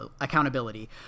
accountability